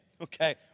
Okay